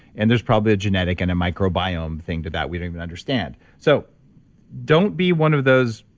and there's probably a genetic and a microbiome thing to that we don't even understand so don't be one of those